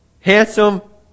handsome